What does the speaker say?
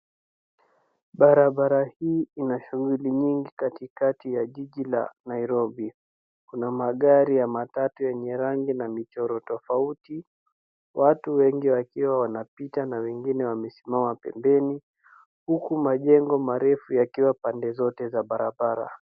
Barabara hii ina shughuli nyingi katikati ya jiji la Nairobi. Kuna magari ya matatu yenye rangi na michoro tofauti. Watu wengi wakiwa wanapita na wengine wanasimama pembeni, huku majengo marefu yakiwa pande zote za barabara.